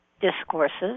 discourses